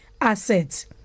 assets